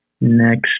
Next